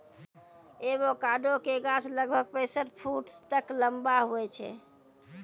avocado के गाछ लगभग पैंसठ फुट तक लंबा हुवै छै